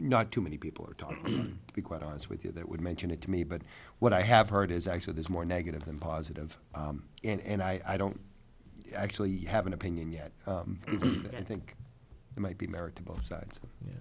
not too many people are talking to be quite honest with you that would mention it to me but what i have heard is actually there's more negative than positive and i don't actually have an opinion yet but i think it might be merit to both sides you know